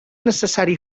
necessari